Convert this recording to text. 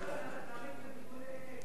תסביר רק למה התנגדו, זה נשמע כל כך הגיוני,